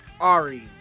Ari